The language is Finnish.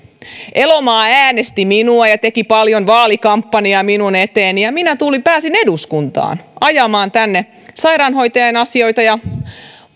elomaa äänesti minua ja teki paljon vaalikampanjaa minun eteeni ja minä pääsin eduskuntaan ajamaan tänne sairaanhoitajien asioita ja